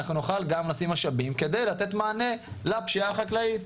נוכל גם לשים משאבים כדי לתת מענה לפשיעה החקלאית.